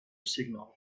signal